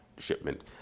shipment